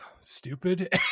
stupid